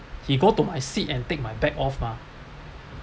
he go to my seat and take my bag off mah